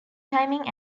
timing